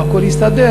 אם הכול יסתדר,